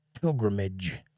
pilgrimage